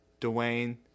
Dwayne